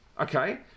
okay